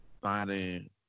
finding